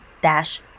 dash